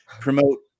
promote